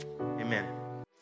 Amen